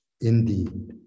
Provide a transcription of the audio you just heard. Indeed